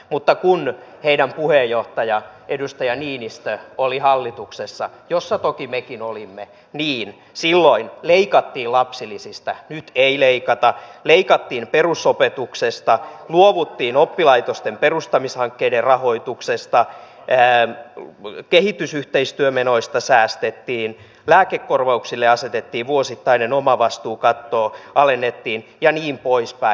mutta kun heidän puheenjohtajansa edustaja niinistö oli hallituksessa jossa toki mekin olimme niin silloin leikattiin lapsilisistä nyt ei leikata leikattiin perusopetuksesta luovuttiin oppilaitosten perustamishankkeiden rahoituksesta kehitysyhteistyömenoista säästettiin lääkekorvauksille asetettiin vuosittainen omavastuu kattoa alennettiin ja niin poispäin